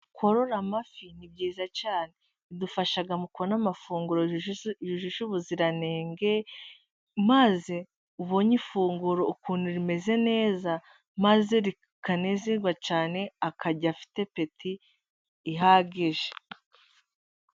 Korora amafi ni byiza cyane. Bidufasha mu kubona amafunguro yujuje ubuziranenge. Maze ubonye ifunguro ukuntu rimeze neza, maze akanezerwa cyane akarya afite apeti ihagije.